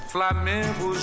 Flamengo